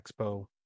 expo